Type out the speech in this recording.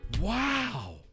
wow